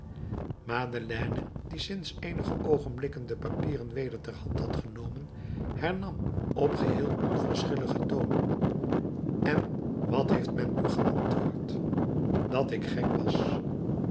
madeleine die sinds eenige oogenblikken de papieren weder ter hand had genomen hernam op geheel onverschilligen toon en wat heeft men u geantwoord dat ik gek was